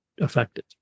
affected